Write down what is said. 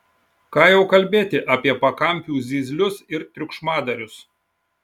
ką jau kalbėti apie pakampių zyzlius ir triukšmadarius